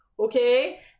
Okay